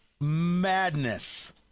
Madness